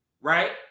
right